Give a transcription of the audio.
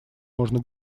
можно